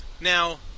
Now